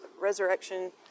resurrection